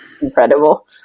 incredible